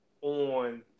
on